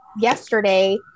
yesterday